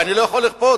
ואני לא יכול לכפות,